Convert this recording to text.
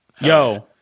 Yo